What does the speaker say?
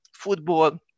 football